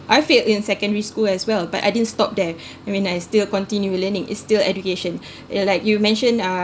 I failed in secondary school as well but I didn't stop there I mean I still continue learning it's still education like you mentioned uh